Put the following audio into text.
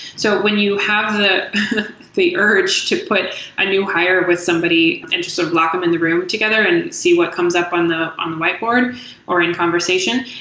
so when you have the the urge to put a new hire with somebody and to sort of lock them in the room together and see what comes up on the whiteboard or in conversation.